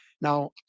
Now